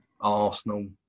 Arsenal